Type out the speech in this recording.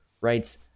writes